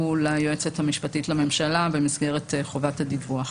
ליועצת המשפטית לממשלה במסגרת חובת הדיווח.